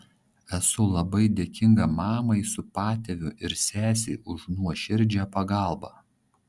esu labai dėkinga mamai su patėviu ir sesei už nuoširdžią pagalbą